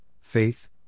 faith